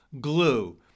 glue